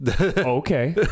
okay